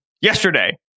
yesterday